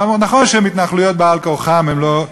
נכון שהן התנחלויות בעל כורחן, הן לא,